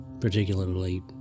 particularly